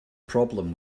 problem